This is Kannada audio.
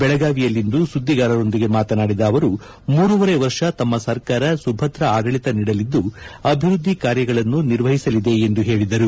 ಬೆಳಗಾವಿಯಲ್ಲಿಂದು ಸುದ್ದಿಗಾರರೊಂದಿಗೆ ಮಾತನಾಡಿದ ಅವರು ಮೂರುವರೆ ವರ್ಷ ತಮ್ಮ ಸರ್ಕಾರ ಸುಭದ್ರ ಆಡಳಿತ ನೀಡಲಿದ್ದು ಅಭಿವೃದ್ಧಿ ಕಾರ್ಯಗಳನ್ನು ನಿರ್ವಹಿಸಲಿದೆ ಎಂದು ಹೇಳಿದರು